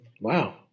Wow